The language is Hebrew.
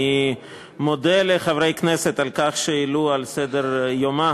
אני מודה לחברי הכנסת על כך שהעלו על סדר-יומה